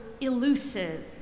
elusive